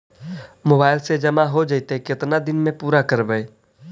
Mobile से जामा हो जैतय, केतना दिन में पुरा करबैय?